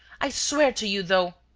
i swear to you, though.